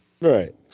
Right